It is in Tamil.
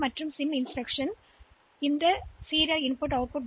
இந்த RIM மற்றும் சிம் இன்ஸ்டிரக்ஷன் என்பதை நாம் முன்பு பார்த்தோம்